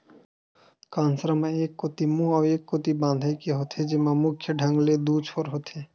कांसरा म एक कोती मुहूँ अउ ए कोती बांधे के होथे, जेमा मुख्य ढंग ले दू छोर होथे